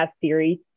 series